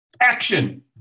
action